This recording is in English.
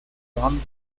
around